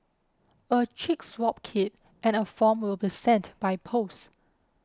a cheek swab kit and a form will be sent by post